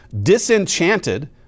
disenchanted